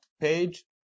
page